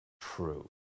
true